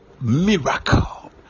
miracle